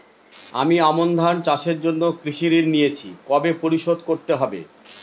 আমি আমন ধান চাষের জন্য কৃষি ঋণ নিয়েছি কবে পরিশোধ করতে হবে?